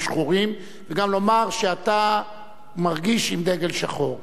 שחורים וגם לומר שאתה מרגיש עם דגל שחור,